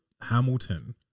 Hamilton